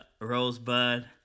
Rosebud